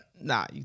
nah